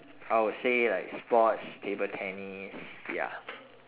I would say like sports table tennis ya